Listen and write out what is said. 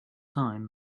time